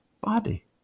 body